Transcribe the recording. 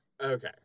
Okay